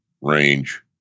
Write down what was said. range